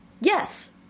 Yes